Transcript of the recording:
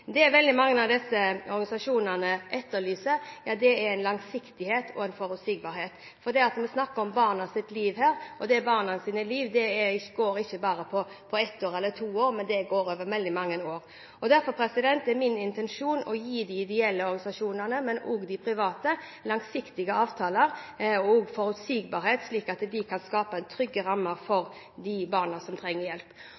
Det veldig mange av disse organisasjonen etterlyser, er langsiktighet og forutsigbarhet. Vi snakker om barnas liv her, og barnas liv gjelder ikke bare ett eller to år, men over veldig mange år. Derfor er min intensjon å gi de ideelle organisasjonene, og også de private, langsiktige avtaler og forutsigbarhet, slik at de kan skape